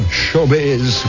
showbiz